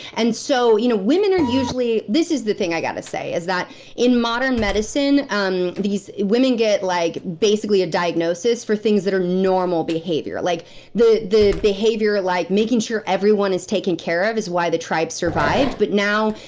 and so you know women are usually. this is the thing i gotta say, is that in modern medicine, um medicine, women get like basically a diagnosis, for things that are normal behavior. like the the behavior like making sure everyone is taken care of, is why the tribe survived. but now,